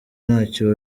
ntacyo